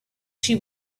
she